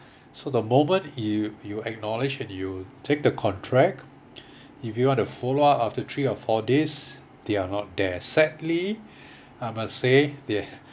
so the moment you you acknowledge and you take the contract if you want to follow up after three or four days they are not there sadly I must say they